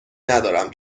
ندارم